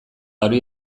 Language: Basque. hori